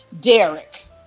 Derek